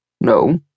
No